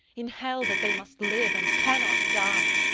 in hell, that they must live, and cannot die.